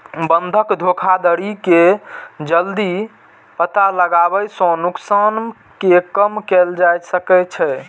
बंधक धोखाधड़ी के जल्दी पता लगाबै सं नुकसान कें कम कैल जा सकै छै